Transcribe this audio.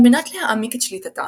על מנת להעמיק את שליטתה,